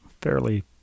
fairly